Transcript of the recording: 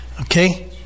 okay